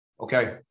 Okay